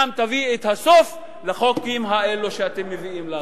כן תביא את הסוף לחוקים האלה שאתם מביאים לנו.